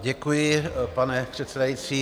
Děkuji, pane předsedající.